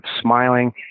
smiling